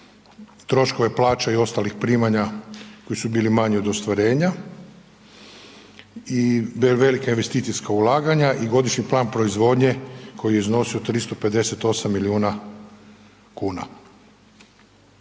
troškove plaća i ostalih primanja koji su bili manji od ostvarenja i velika investicijska ulaganja i godišnji plan proizvodnje koji je iznosio 358 milijuna kuna.